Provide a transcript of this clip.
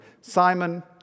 Simon